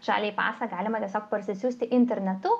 žaliąjį pasą galima tiesiog parsisiųsti internetu